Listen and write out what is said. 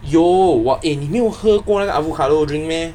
有 !wah! eh 你没有喝过那个 avocado drink meh